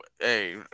hey